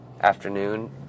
afternoon